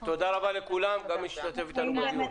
תודה רבה לכולם, גם למי שהשתתף איתנו בדיון.